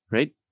Right